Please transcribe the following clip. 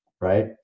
right